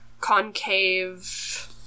concave